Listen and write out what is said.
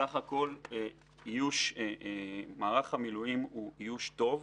סך כל איוש מערך המילואים הוא איוש טוב,